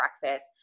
breakfast